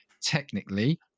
technically